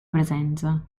presenza